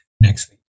next